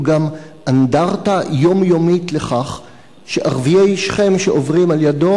הוא גם אנדרטה יומיומית לכך שערביי שכם שעוברים על-ידו